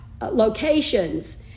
locations